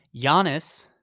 Giannis